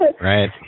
Right